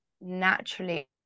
naturally